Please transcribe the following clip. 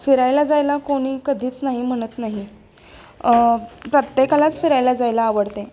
फिरायला जायला कोणी कधीच नाही म्हणत नाही प्रत्येकालाच फिरायला जायला आवडते